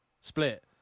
Split